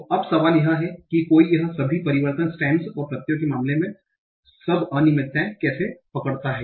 तो अब सवाल यह है कि कोई यह सभी परिवर्तन स्टेम्स और प्रत्ययों के मामले में सब अनियमितताएं कैसे पकड़ता है